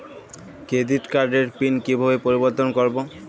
Credit কার্ডের pin কিভাবে পরিবর্তন করবো?